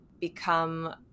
become